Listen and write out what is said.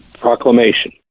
proclamation